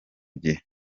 gihe